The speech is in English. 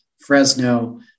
Fresno